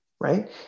Right